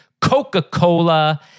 Coca-Cola